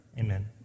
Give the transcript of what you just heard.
Amen